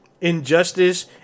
Injustice